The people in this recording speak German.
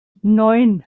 neun